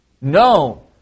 No